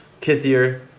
Kithier